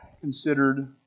considered